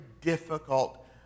difficult